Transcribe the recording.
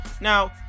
now